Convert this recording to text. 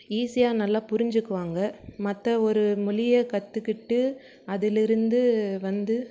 ஈஸியாக நல்லா புரிஞ்சுக்குவாங்க மற்ற ஒரு மொழிய கற்றுக்கிட்டு அதிலிருந்து வந்து